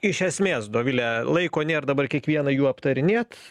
iš esmės dovile laiko nėr dabar kiekvieną jų aptarinėt